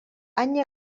any